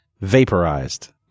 vaporized